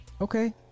Okay